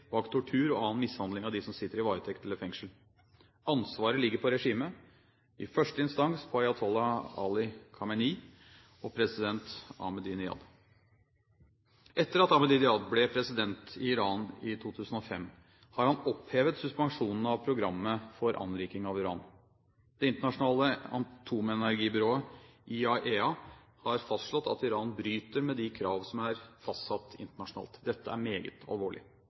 bak tortur og annen mishandling av dem som sitter i varetekt eller fengsel. Ansvaret ligger på regimet, i første instans på ayatollah Ali Khamenei og president Ahmadinejad. Etter at Ahmadinejad ble president i Iran i 2005, har han opphevet suspensjonen av programmet for anriking av uran. Det internasjonale atomenergibyrået, IAEA, har fastslått at Iran bryter med de krav som er fastsatt internasjonalt. Dette er meget alvorlig.